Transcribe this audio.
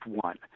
one